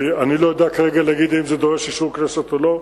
אני לא יודע כרגע להגיד אם זה דורש את אישור הכנסת או לא.